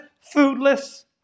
foodless